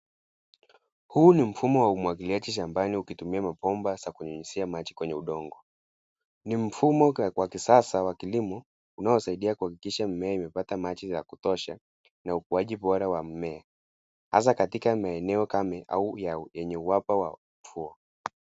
Huu ni mfumo wa umwagiliaji shambani ukitumia mabomba za kunyunyizia maji kwenye udongo. Ni mfumo wa kisasa wa kilimo unaosaidia kuhakikisha mimea imepata maji ya kutosha na ukuaji bora wa mimea hasa katika maeneo kame au yenye uhaba wa mvua.